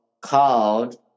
called